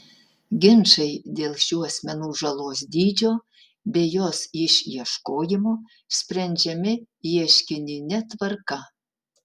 ginčai dėl šių asmenų žalos dydžio bei jos išieškojimo sprendžiami ieškinine tvarka